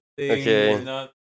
Okay